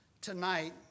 tonight